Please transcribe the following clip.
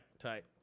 Tight